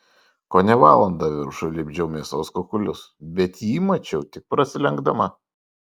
kone valandą viršuj lipdžiau mėsos kukulius bet jį mačiau tik prasilenkdama